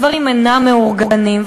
הדברים אינם מאורגנים,